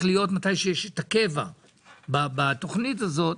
להיות מתי שיש את הקבע בתוכנית הזאת.